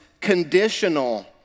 conditional